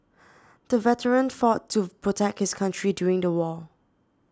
the veteran fought to protect his country during the war